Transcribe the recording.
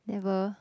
never